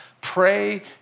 Pray